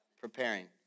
preparing